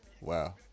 wow